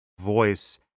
voice